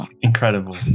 Incredible